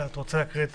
אתה רוצה להקריא?